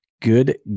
Good